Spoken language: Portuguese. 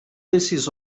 desses